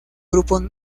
grupo